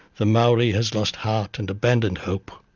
the maori has lost heart and abandoned hope.